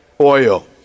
oil